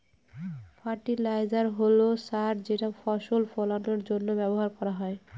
fertiliser হল সার যেটা ফসল ফলানের জন্য ব্যবহার করা হয়